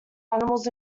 animals